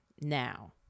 now